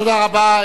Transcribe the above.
תודה רבה.